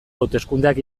hauteskundeak